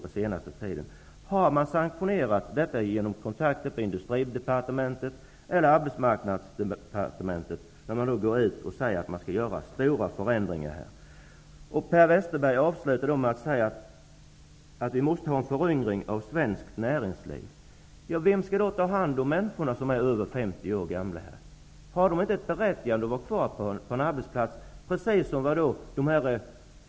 Har man, när man säger att man skall göra stora förändringar, sanktionerat detta genom kontakter på Industridepartementet eller Arbetsmarknadsdepartementet? Per Westerberg säger också att vi måste få en föryngring av det svenska näringslivet. Vem skall då ta hand om människorna som är över 50 år? Är inte de berättigade att vara kvar på en arbetsplats?